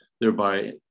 thereby